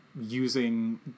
using